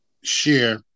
share